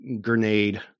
grenade